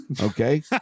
Okay